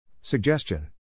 Suggestion